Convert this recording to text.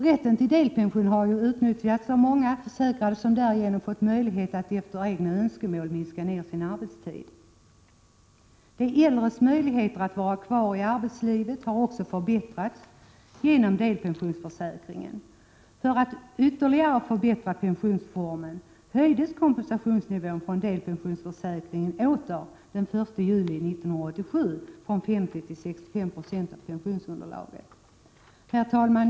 Rätten till delpension har utnyttjats av många försäkrade, som därigenom har fått möjlighet att efter egna önskemål minska sin arbetstid. De äldres möjligheter att vara kvar i arbetslivet har också förbättrats genom delpensionsförsäkringen. För att ytterligare förbättra pensionsformen höjdes kompensationsnivån för delpensionsförsäkringen den 1 juli 1987 åter från 50 96 till 65 96 av pensionsunderlaget. Herr talman!